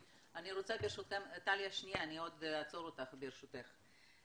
טליה, אני אעצור אותך, ברשותך.